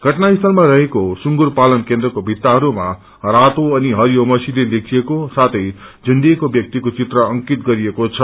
घटनाँसीलमा रहेको सुंगुर पालन केन्प्रको भित्ताहरूमा रातो अनि हरियो मसीले लेखिएको साथै छ्रण्डिएको व्याक्तिको चित्र अंकित गरिएको छ